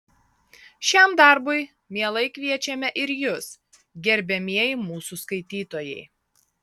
šiam darbui mielai kviečiame ir jus gerbiamieji mūsų skaitytojai